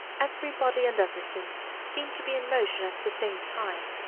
everybody and everything seemed to be in motion at the same time.